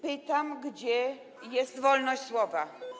Pytam: Gdzie jest wolność słowa?